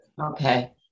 okay